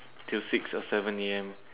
till six or seven A_M